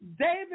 David